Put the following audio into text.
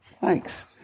Thanks